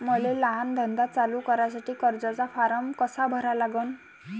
मले लहान धंदा चालू करासाठी कर्जाचा फारम कसा भरा लागन?